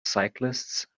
cyclists